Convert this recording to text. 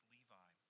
Levi